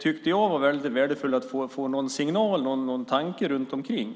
tyckte jag var värdefull att få någon tanke kring.